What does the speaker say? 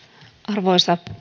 arvoisa